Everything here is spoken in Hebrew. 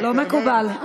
לא מקובל.